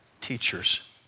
teachers